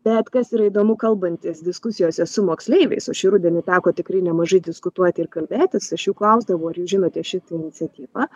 bet kas yra įdomu kalbantis diskusijose su moksleiviais šį rudenį teko tikrai nemažai diskutuoti ir kalbėtis aš jų klausdavau ar jūs žinote šitą iniciatyvą